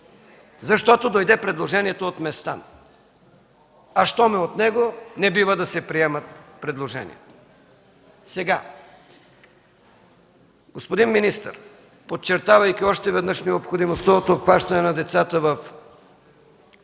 Защото дойде предложението от Местан, а щом е от него, не бива да се приемат предложения. Господин министър, подчертавайки още веднъж необходимостта от обхващане на децата в ранни